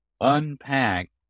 unpack